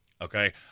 Okay